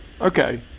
Okay